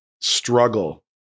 struggle